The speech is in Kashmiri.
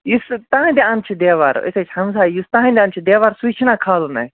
یُس سُہ تٔہٕندِ اَندٕ چھُ دیوار أسۍ حظ چھِ ہمسایہِ یُس سُہ تٔہٕنٛدِ اَندٕ چھُ دیوارسُے چھُ نا کھالُن اَسہِ